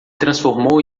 transformou